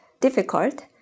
difficult